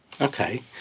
Okay